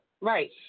Right